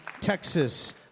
Texas